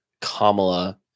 Kamala